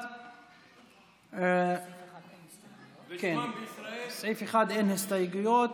1. כן, לסעיף 1 אין הסתייגויות.